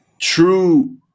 true